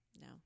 No